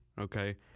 Okay